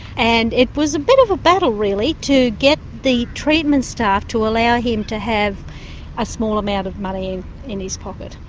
and it was a bit of a battle really to get the treatment staff to allow him to have a small amount of money in his pocket.